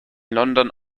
london